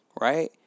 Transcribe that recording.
Right